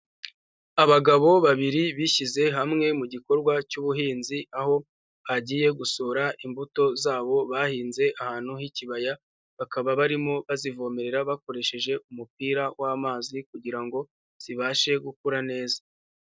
Abagabo babiri bishyize hamwe mu gikorwa cy'ubuhinzi aho bagiye gusura imbuto zabo bahinze ahantu h'ikibaya, bakaba barimo bazivomerera bakoresheje umupira w'amazi, kugirango zibashe gukura neza.